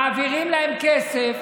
מעבירים להם כסף.